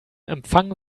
empfang